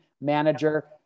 manager